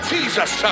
Jesus